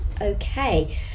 Okay